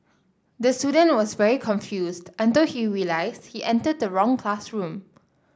the student was very confused until he realised he entered the wrong classroom